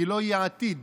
כי לא יהיה עתיד